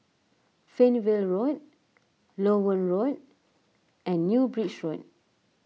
Fernvale Road Loewen Road and New Bridge Road